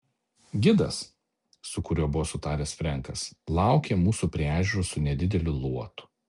gidas su kuriuo buvo sutaręs frenkas laukė mūsų prie ežero su nedideliu luotu